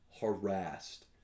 harassed